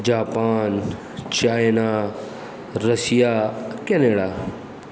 Japan China Russia Canada